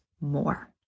more